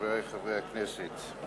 חברי חברי הכנסת,